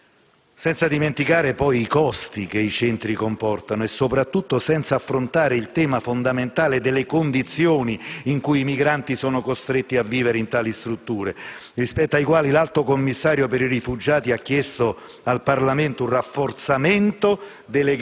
Senza dimenticare poi i costi che i centri comportano, e soprattutto senza affrontare il tema fondamentale delle condizioni in cui i migranti sono costretti a vivere in tali strutture, rispetto alle quali l'Alto Commissario per i rifugiati ha chiesto al Parlamento un rafforzamento